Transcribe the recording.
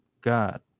God